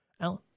Alan